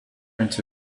into